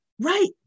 Right